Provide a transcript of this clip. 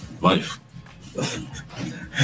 Life